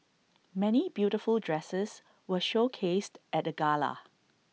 many beautiful dresses were showcased at the gala